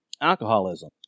alcoholism